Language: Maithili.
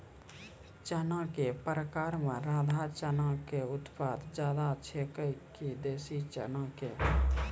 चना के प्रकार मे राधा चना के उत्पादन ज्यादा छै कि देसी चना के?